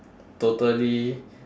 totally